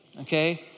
okay